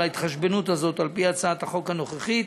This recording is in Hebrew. ההתחשבנות הזאת על-פי הצעת החוק הנוכחית.